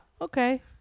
Okay